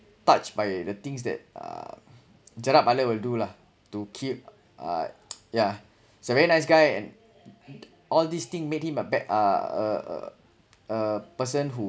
touched by the things that uh gerard butler will do lah to keep uh yeah he's a very nice guy and all these thing made him a bad ah uh a person who